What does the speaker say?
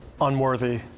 Unworthy